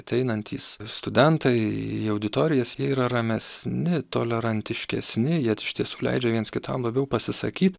ateinantys studentai į auditorijas jie yra ramesni tolerantiškesni jie iš tiesų leidžia viens kitam labiau pasisakyt